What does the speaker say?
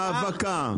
האבקה.